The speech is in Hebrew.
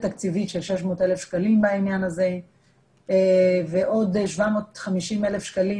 תקציבית של 600,000 שקלים בעניין הזה ועוד 750,000 שקלים